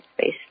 space